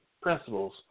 principles